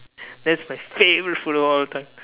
that's my favourite food of all time